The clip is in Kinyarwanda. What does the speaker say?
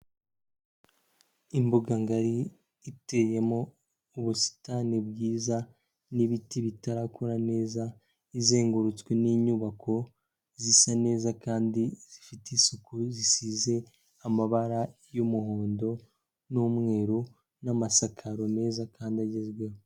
Imbuga ngari iteyemo ubusitani bwiza n'ibiti bitarakura neza, izengurutswe n'inyubako zisa neza kandi zifite isuku, zisize amabara y'umuhondo n'umweru n'amasakaro meza kandi agezweho.